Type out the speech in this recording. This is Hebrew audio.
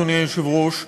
אדוני היושב-ראש,